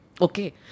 Okay